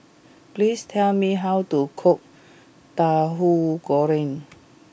please tell me how to cook Tahu Goreng